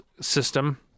system